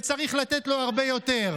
וצריך לתת לו הרבה יותר.